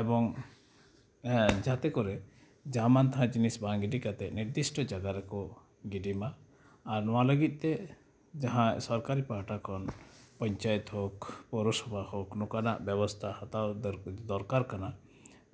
ᱮᱵᱚᱝ ᱡᱟᱛᱮ ᱠᱚᱨᱮ ᱡᱟᱦᱟᱸ ᱢᱟᱱ ᱛᱟᱦᱟ ᱡᱤᱱᱤᱥ ᱵᱟᱝ ᱜᱤᱰᱤ ᱠᱟᱛᱮ ᱱᱤᱨᱫᱤᱥᱴᱚ ᱡᱟᱭᱜᱟ ᱨᱮᱠᱚ ᱜᱤᱰᱤᱭᱟ ᱟᱨ ᱱᱚᱣᱟ ᱞᱟᱹᱜᱤᱫ ᱛᱮ ᱡᱟᱦᱟᱸ ᱥᱚᱨᱠᱟᱨᱤ ᱯᱟᱦᱴᱟ ᱠᱷᱚᱱ ᱯᱚᱧᱪᱟᱭᱮᱛ ᱦᱳᱠ ᱯᱳᱨᱚᱥᱚᱵᱷᱟ ᱦᱳᱠ ᱱᱚᱝᱠᱟᱱᱟᱜ ᱵᱮᱵᱚᱥᱛᱷᱟ ᱦᱟᱛᱟᱣ ᱫᱚᱨᱠᱟᱨ ᱠᱟᱱᱟ